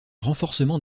renforcement